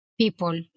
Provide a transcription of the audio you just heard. people